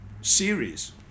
series